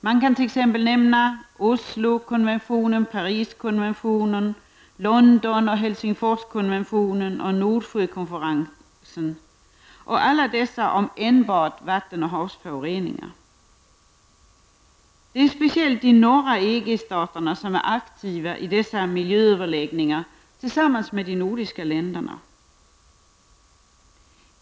Här kan t.ex. nämnas Oslooch Pariskonventionen, London och Det är speciellt de norra EG-staterna som är aktiva i dessa miljööverläggningar tillsammans med de nordiska länderna.